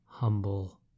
Humble